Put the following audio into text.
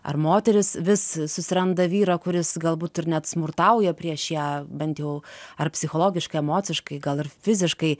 ar moteris vis susiranda vyrą kuris galbūt ir net smurtauja prieš ją bent jau ar psichologiškai emociškai gal ir fiziškai